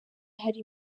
hari